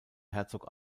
herzog